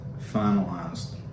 finalized